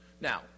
Now